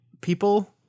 people